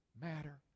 matter